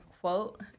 quote